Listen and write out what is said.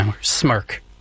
Smirk